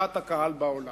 דעת הקהל בעולם.